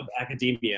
academia